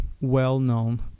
well-known